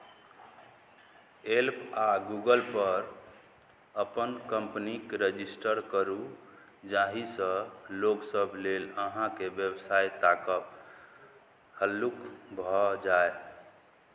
Yelp आ गूगलपर अपन कम्पनीकेँ रजिस्टर करू जाहिसँ लोकसभ लेल अहाँके व्यवसाय ताकब हल्लुक भऽ जाय